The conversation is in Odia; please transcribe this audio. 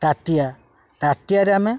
ତାଟିଆ ତାଟିଆରେ ଆମେ